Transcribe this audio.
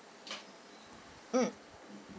mm